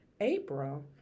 April